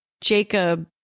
Jacob